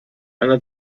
einer